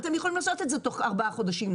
הם יכולים לעשות את זה תוך ארבעה חודשים,